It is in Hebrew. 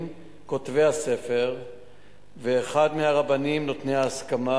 כותבי הספר ואחד מהרבנים נותני ההסכמה.